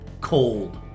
cold